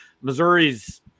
Missouri's